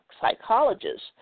psychologists